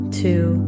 two